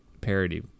parody